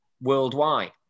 worldwide